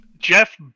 Jeff